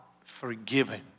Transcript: forgiven